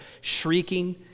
shrieking